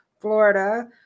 Florida